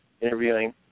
interviewing